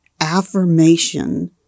affirmation